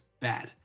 bad